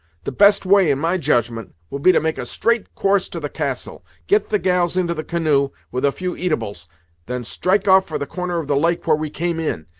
the best way, in my judgment, will be to make a straight course to the castle get the gals into the canoe, with a few eatables then strike off for the corner of the lake where we came in,